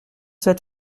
sept